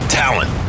talent